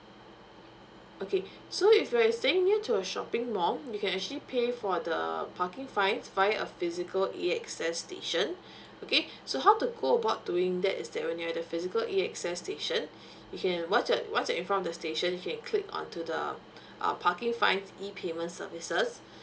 okay so if you are staying near to a shopping mall you can actually pay for the parking fines via a physical A_X_S station okay so how to go about doing that is that when you're at the physical A_X_S station you can once you're once you're in front of the station you can click onto the uh parking fine e payment services